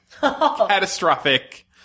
catastrophic